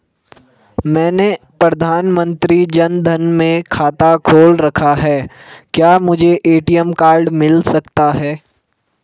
मैंने प्रधानमंत्री जन धन में खाता खोल रखा है क्या मुझे ए.टी.एम कार्ड मिल सकता है?